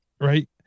right